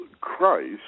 Christ